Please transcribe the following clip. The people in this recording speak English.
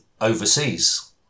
overseas